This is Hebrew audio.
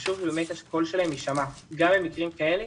חשוב שהקול שלהם יישמע, גם במקרים כאלה.